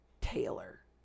taylor